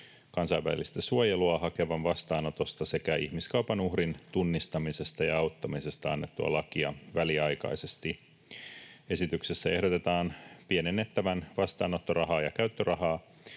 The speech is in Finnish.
kansainvälistä suojelua hakevan vastaanotosta sekä ihmiskaupan uhrin tunnistamisesta ja auttamisesta annettua lakia väliaikaisesti. Esityksessä ehdotetaan pienennettävän vastaanottorahaa ja käyttörahaa,